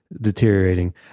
deteriorating